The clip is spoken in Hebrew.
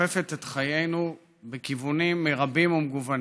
אופפת את חיינו בכיוונים רבים ומגוונים.